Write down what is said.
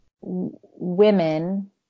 women